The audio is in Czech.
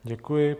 Děkuji.